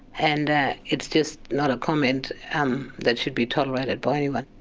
and it's just not a comment um that should be tolerated by anyone.